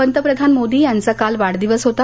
पंतप्रधान मोदी यांचा काल वाढदिवस होता